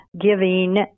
giving